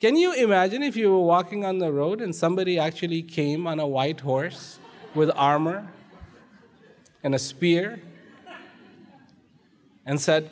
can you imagine if you're walking on the road and somebody actually came on a white horse with armor and a spear and said